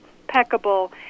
impeccable